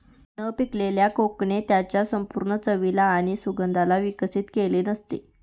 न पिकलेल्या कोकणे त्याच्या संपूर्ण चवीला आणि सुगंधाला विकसित केलेले नसते